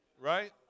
Right